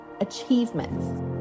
achievements